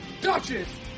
duchess